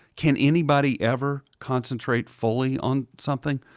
can anybody ever concentrate fully on something?